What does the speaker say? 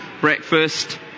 breakfast